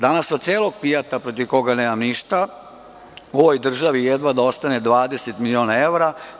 Danas od celog „Fijata“, protiv koga nemam ništa, ovoj državi jedva da ostane 20 miliona evra.